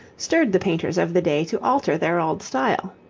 stirred the painters of the day to alter their old style.